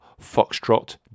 Foxtrot